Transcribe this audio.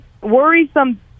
worrisome